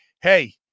Hey